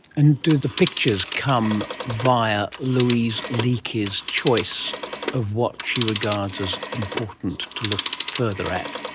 and do the pictures come via louise leakey's choice of what she regards as important to look further at?